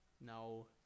no